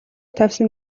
тавьсан